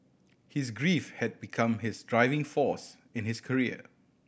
his grief had become his driving force in his career